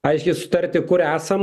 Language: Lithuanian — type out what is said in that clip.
aiškiai sutarti kur esam